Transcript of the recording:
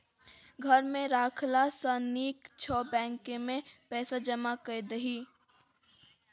घर मे राखला सँ नीक छौ बैंकेमे पैसा जमा कए दही